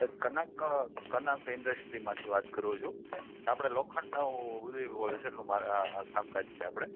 એ Kanak Kanak industry માંથી વાત કરું છું આપડે લોખંડ ઓ બધી હોલસેલ નો મારે કામકાજ છે આપડે